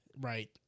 Right